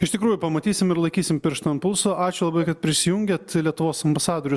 iš tikrųjų pamatysim ir laikysim pirštą ant pulso ačiū labai kad prisijungėt lietuvos ambasadorius